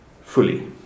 fully